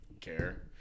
Care